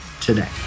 today